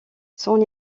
son